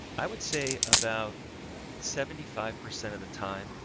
i would say about seventy five percent of the time,